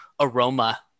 aroma